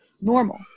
normal